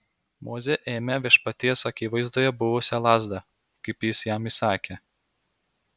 mozė ėmė viešpaties akivaizdoje buvusią lazdą kaip jis jam įsakė